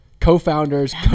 co-founders